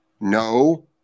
No